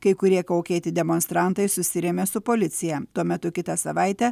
kai kurie kaukėti demonstrantai susirėmė su policija tuo metu kitą savaitę